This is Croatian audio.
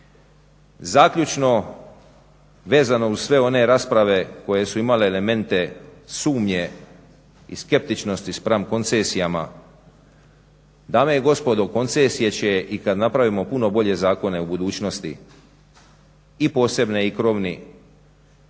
Zaključno, vezano uz sve one rasprave koje su imale elemente sumnje i skeptičnosti spram koncesijama. Dame i gospodo, koncesije će i kad napravimo puno bolje zakone u budućnosti i posebne i krovni